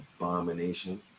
abomination